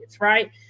right